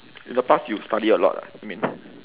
in the past you study a lot ah I mean